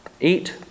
Eat